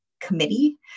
committee